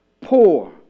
poor